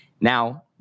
Now